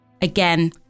Again